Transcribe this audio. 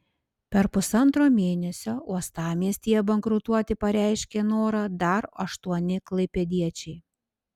per pusantro mėnesio uostamiestyje bankrutuoti pareiškė norą dar aštuoni klaipėdiečiai